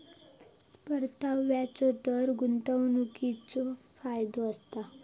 परताव्याचो दर गुंतवणीकीचो फायदो असता